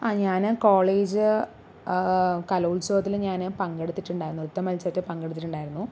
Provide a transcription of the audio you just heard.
ആ ഞാന് കോളേജ് കലോത്സവത്തിൽ ഞാൻ പങ്കെടുത്തിട്ടുണ്ടായിരുന്നു ഒറ്റ മത്സരത്തിൽ പങ്കെടുത്തിട്ടുണ്ടായിരുന്നു